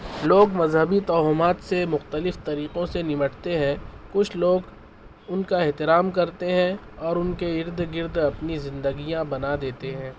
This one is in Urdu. لوگ مذہبی توہمات سے مختلف طریقوں سے نمٹتے ہیں کچھ لوگ ان کا احترام کرتے ہیں اور ان کے ارد گرد اپنی زندگیاں بنا دیتے ہیں